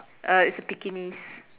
uh it's a Pekingese